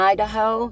Idaho